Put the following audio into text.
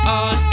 on